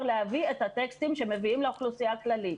להביא את הטקסטים שמביאים לאוכלוסייה הכללית.